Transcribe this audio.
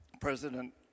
President